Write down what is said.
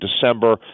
December